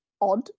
odd